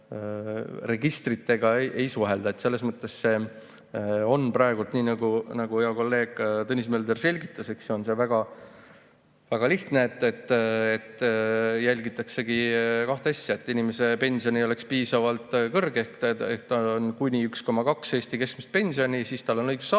registritega ei suhelda. Selles mõttes see on praegu nii, nagu hea kolleeg Tõnis Mölder selgitas. See on väga lihtne. Jälgitaksegi kahte asja: et inimese pension ei oleks [liiga] kõrge ehk see on kuni 1,2 Eesti keskmist pensioni, siis tal on õigus saada,